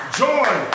joy